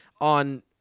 on